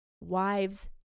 wives